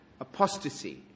apostasy